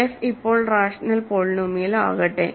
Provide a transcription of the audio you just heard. f ഇപ്പോൾ rational പോളിനോമിയലാകട്ടെ